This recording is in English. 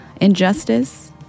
injustice